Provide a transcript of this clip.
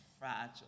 Fragile